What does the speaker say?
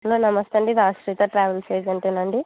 hello namaste అండి Rajasekhar travels agent అండి